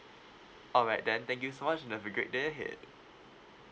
alright then thank you so much and have a great day ahead